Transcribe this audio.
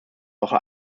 woche